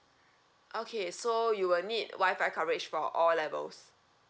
okay so you will need wifi coverage for all levels